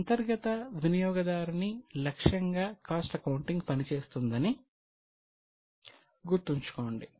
అంతర్గత వినియోగదారుని లక్ష్యంగా కాస్ట్ అకౌంటింగ్ పనిచేస్తుందని గుర్తుంచుకోండి